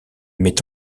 met